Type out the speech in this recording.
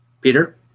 Peter